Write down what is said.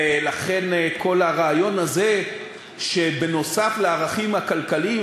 ולכן כל הרעיון הזה שנוסף על הערכים הכלכליים,